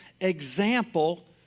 example